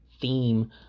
theme